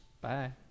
Bye